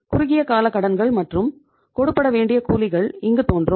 குறுகிய கால கடன்கள் மற்றும் கொடு படவேண்டிய கூலிகள் இங்கு தோன்றும்